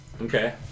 Okay